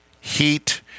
heat